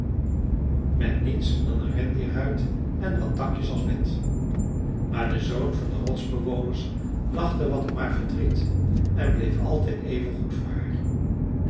met niets dan een rendierhuid en wat takjes als bed maar de zoon van de rotsbewoners lachte wat om haar verdriet en bleef altijd even goed voor haar